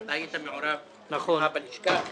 והיית מעורב אצלך בלשכה -- נכון.